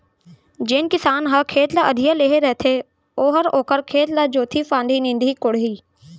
जेन किसान ह खेत ल अधिया लेहे रथे ओहर ओखर खेत ल जोतही फांदही, निंदही कोड़ही